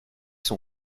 son